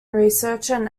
researcher